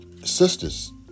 sisters